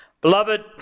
Beloved